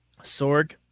Sorg